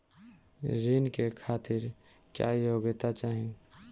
ऋण के खातिर क्या योग्यता चाहीं?